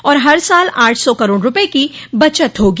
और हर साल आठ सौ करोड रुपये की बचत होगी